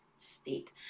state